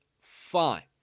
fine